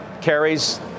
carries